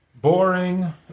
boring